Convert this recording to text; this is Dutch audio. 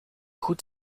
goed